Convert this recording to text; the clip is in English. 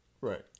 Right